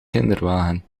kinderwagen